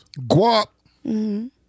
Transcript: Guap